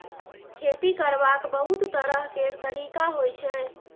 खेती करबाक बहुत तरह केर तरिका होइ छै